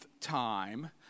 time